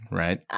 right